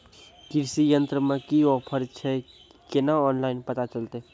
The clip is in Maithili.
कृषि यंत्र मे की ऑफर छै केना ऑनलाइन पता चलतै?